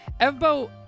Evbo